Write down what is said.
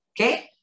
okay